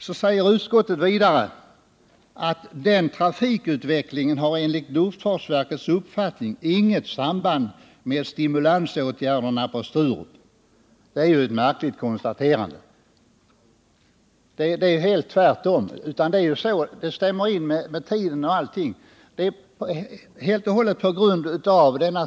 Så säger utskottet vidare: ”Den trafikutvecklingen har enligt luftfartsverkets uppfattning inget samband med stimulansåtgärderna på Sturup.” Det är ett märkligt konstaterande. Det förhåller sig ju helt tvärtom, och detta stämmer också tidsmässigt och på andra sätt.